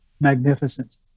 magnificence